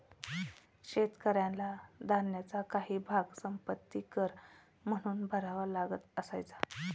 शेतकऱ्याला धान्याचा काही भाग संपत्ति कर म्हणून भरावा लागत असायचा